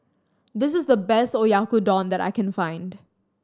this is the best Oyakodon that I can find